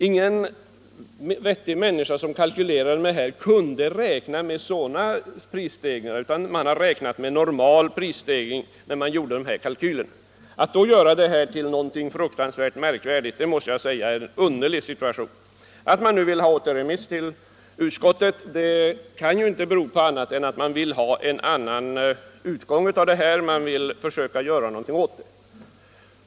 Ingen vettig människa som kalkylerade detta kunde räkna med sådana prisstegringar, utan det räknades med normala prisstegringar när kalkylerna gjordes. Då måste jag säga att det är en underlig situation när man försöker göra det inträffade till någonting fruktansvärt märkvärdigt. Att man nu vill ha återremiss till utskottet kan ju inte bero på annat än att man vill ha en annan utgång av ärendet, att man vill försöka göra någonting åt det.